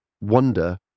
wonder